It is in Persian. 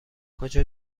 کجا